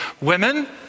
women